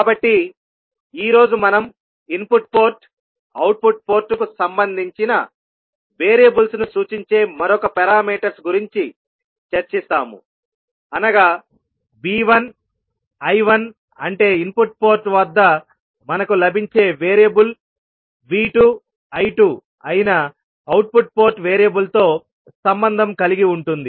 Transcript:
కాబట్టి ఈ రోజు మనం ఇన్పుట్ పోర్ట్అవుట్పుట్ పోర్ట్ కు సంబంధించిన వేరియబుల్స్ ను సూచించే మరొక పారామీటర్స్ గురించి చర్చిస్తాము అనగా V1 I1అంటే ఇన్పుట్ పోర్ట్ వద్ద మనకు లభించే వేరియబుల్ V2 I2 అయిన అవుట్పుట్ పోర్ట్ వేరియబుల్ తో సంబంధం కలిగి ఉంటుంది